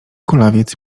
kulawiec